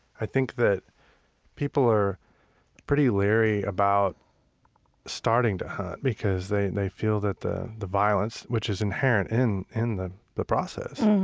i think that people are pretty leery about starting to hunt because they they feel that the the violence, which is inherent in in the the process,